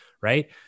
right